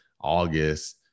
August